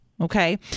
okay